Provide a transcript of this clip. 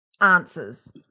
answers